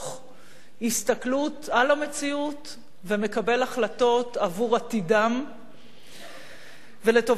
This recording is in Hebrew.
הסתכלות על המציאות ומקבל החלטות עבור עתידם ולטובת העתיד שלהם,